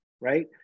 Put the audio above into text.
Right